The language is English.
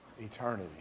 eternity